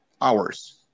Hours